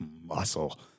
muscle